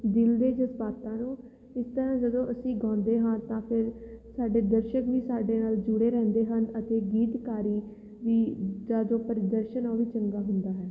ਦਿਲ ਦੇ ਜਜ਼ਬਾਤਾਂ ਨੂੰ ਇਸ ਤਰ੍ਹਾਂ ਜਦੋਂ ਅਸੀਂ ਗਾਉਂਦੇ ਹਾਂ ਤਾਂ ਫਿਰ ਸਾਡੇ ਦਰਸ਼ਕ ਵੀ ਸਾਡੇ ਨਾਲ ਜੁੜੇ ਰਹਿੰਦੇ ਹਨ ਅਤੇ ਗੀਤਕਾਰੀ ਵੀ ਦਾ ਜੋ ਪ੍ਰਦਰਸ਼ਨ ਉਹ ਵੀ ਚੰਗਾ ਹੁੰਦਾ ਹੈ